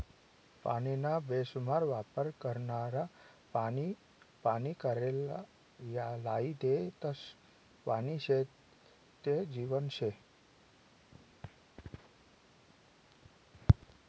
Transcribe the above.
पानीना बेसुमार वापर करनारा पानी पानी कराले लायी देतस, पानी शे ते जीवन शे